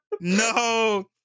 No